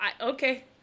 Okay